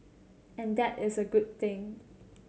and that is a good thing